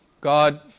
God